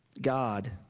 God